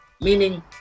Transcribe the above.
meaning